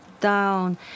down